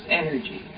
energy